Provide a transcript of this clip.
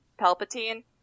Palpatine